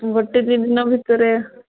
ଗୋଟେ ଦୁଇ ଦିନ ଭିତରେ